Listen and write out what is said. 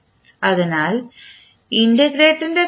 അതിനാൽ ഇന്റഗ്രേറ്ററിൻറെ കാര്യത്തിൽ